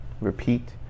repeat